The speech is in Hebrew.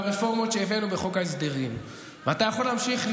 לאפשר לשר להשלים את דבריו בלי הפרעה גם אם אתה לא מסכים איתו.